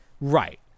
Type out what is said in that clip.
Right